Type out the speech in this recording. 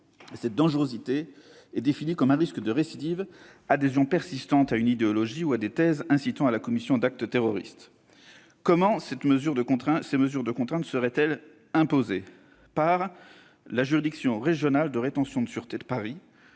Cette dangerosité est définie comme un risque de récidive, adhésion persistante à une idéologie ou à des thèses incitant à la commission d'actes terroristes. Ces mesures de contrainte seraient imposées par la juridiction régionale de la rétention de sûreté de Paris.